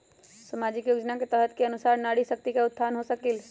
सामाजिक योजना के तहत के अनुशार नारी शकति का उत्थान हो सकील?